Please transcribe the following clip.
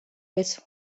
with